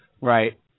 Right